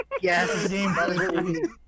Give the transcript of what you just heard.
yes